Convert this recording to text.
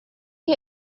you